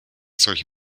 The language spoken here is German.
solche